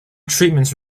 treatments